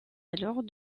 alors